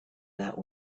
that